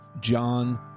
John